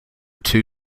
two